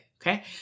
Okay